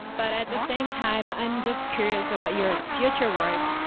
but at the same time, i'm just curious about your future works.